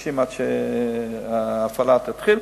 חודשים עד שההפעלה תתחיל,